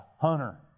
hunter